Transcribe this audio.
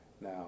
Now